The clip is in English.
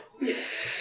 Yes